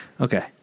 Okay